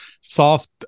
soft